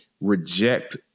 reject